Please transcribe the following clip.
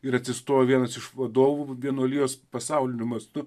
ir atsistojo vienas iš vadovų vienuolijos pasauliniu mastu